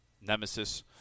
Nemesis